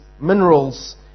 minerals